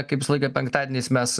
kaip visą laiką penktadieniais mes